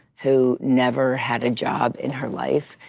who never had a job in her life,